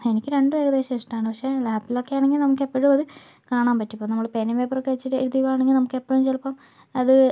എനിക്ക് രണ്ടും ഏകദേശം ഇഷ്ടം ആണ് പക്ഷെ ലാപ്പിൽ ഒക്കെ ആണെങ്കിൽ നമുക്ക് എപ്പോഴും അത് കാണാൻ പറ്റും ഇപ്പം നമ്മൾ പേനയും പേപ്പറൊക്കെ വച്ചിട്ട് എഴുതുകയാണെങ്കിൽ നമുക്ക് എപ്പോഴും ചിലപ്പം അത്